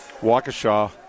Waukesha